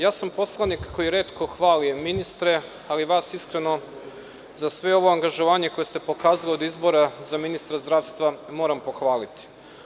Ja sam poslanik koji retko hvali ministre, ali vas iskreno za sve ovo angažovanje koje ste pokazali od izbora za ministra zdravstva moram pohvaliti.